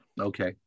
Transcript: Okay